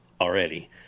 already